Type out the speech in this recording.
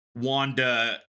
Wanda